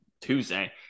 Tuesday